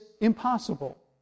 impossible